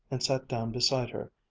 and sat down beside her,